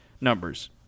numbers